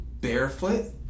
barefoot